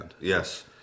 Yes